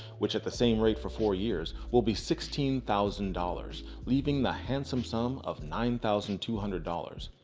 which at the same rate for four years will be sixteen thousand dollars, leaving the handsome sum of nine thousand two hundred dollars,